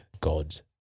gods